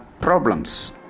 problems